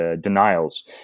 denials